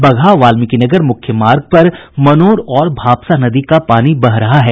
बगहा वाल्मीकिनगर मुख्य मार्ग पर मनोर और भापसा नदी का पानी बह रहा है